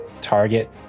target